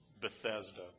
Bethesda